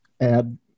add